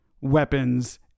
weapons